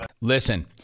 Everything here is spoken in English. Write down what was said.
Listen